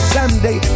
Someday